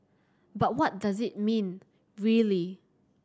but what does it mean really